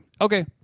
Okay